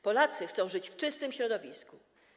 Polacy chcą żyć w czystym środowisku.